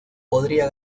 podría